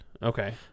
Okay